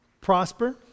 prosper